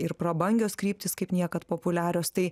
ir prabangios kryptys kaip niekad populiarios tai